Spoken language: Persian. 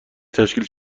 تشکیل